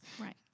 Right